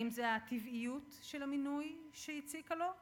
האם זו הטבעיות של המינוי שהציקה לו?